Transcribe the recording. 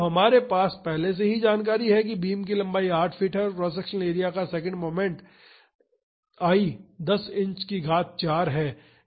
तो हमारे पास पहले से ही जानकारी है कि बीम की लंबाई 8 फीट है और क्रॉस सेक्शनल एरिया का सेकंड मोमेंट दिया गया है जो कि I 10 इंच की घात 4 है